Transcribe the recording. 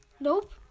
Nope